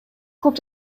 кылып